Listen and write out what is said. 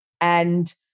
And-